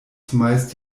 zumeist